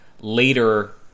later